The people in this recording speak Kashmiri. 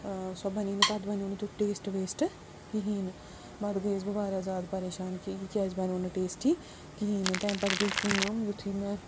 سۄ بَنے نہٕ تَتھ بنیٚو نہٕ تیُتھ ٹیسٹ ویسٹہٕ کِہیٖنۍ نہٕ پتہٕ گٔیس بہٕ وارِیاہ زیادٕ پریشان کہِ یہِ کیٛازِ بنیٚو نہٕ ٹیسٹی کِہیٖنۍ نہٕ تہِ اَمہِ پتہٕ گٔے کٲم یُتھٕے مےٚ